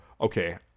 okay